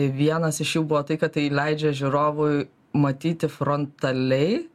vienas iš jų buvo tai kad tai leidžia žiūrovui matyti frontaliai